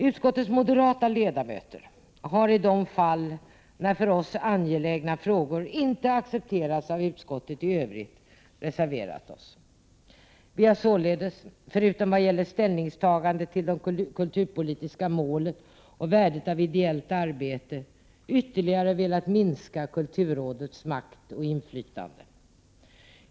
Vi moderata ledamöter i utskottet har reserverat oss i de fall när förslag i för oss angelägna frågor inte accepterats av utskottet i övrigt. Förutom vad gäller ställningstagandet till de kulturpolitiska målen och värdet av ideellt arbete har vi således ytterligare velat minska kulturrådets makt och inflytande.